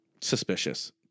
suspicious